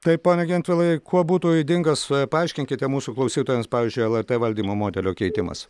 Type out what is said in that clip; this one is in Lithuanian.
taip pone gentvilai kuo būtų ydingas paaiškinkite mūsų klausytojams pavyzdžiui lrt valdymo modelio keitimas